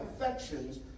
affections